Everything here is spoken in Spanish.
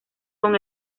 con